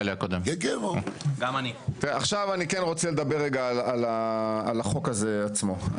אני רוצה לדבר על החוק עצמו.